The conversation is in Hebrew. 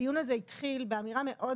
הדיון הזה התחיל באמירה מאוד